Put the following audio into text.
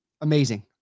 amazing